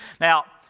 Now